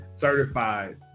certified